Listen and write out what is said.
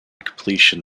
completion